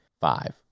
five